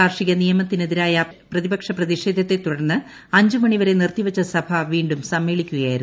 കാർഷിക നിയമത്തിനെതിരായ പ്രതിപക്ഷ പ്രിതിഷേധത്തെ തുടർന്ന് അഞ്ചുമണിവരെ നിറുത്തിവൃച്ചു വീണ്ടും സമ്മേളിക്കുകയായിരുന്നു